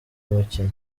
mukino